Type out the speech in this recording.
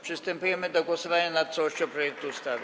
Przystępujemy do głosowania nad całością projektu ustawy.